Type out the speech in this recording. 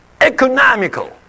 economical